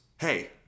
Hey